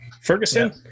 Ferguson